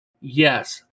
Yes